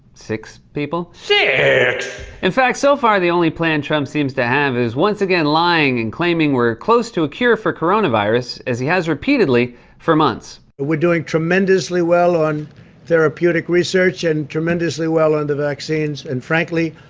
six people? six! in fact, so far, the only plan trump seems to have is, once again, lying and claiming we're close to a cure for coronavirus, as he has repeatedly for months. we're doing tremendously well on therapeutic research and tremendously well on the vaccines. and, frankly,